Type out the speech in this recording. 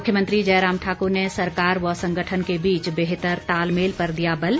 मुख्यमंत्री जयराम ठाकुर ने सरकार व संगठन के बीच बेहतर तालमेल पर दिया बल